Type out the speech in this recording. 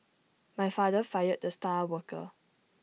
my father fired the star worker